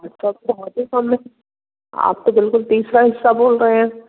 आज कल तो आप तो बिल्कुल तीसरा हिस्सा बोल रहे हैं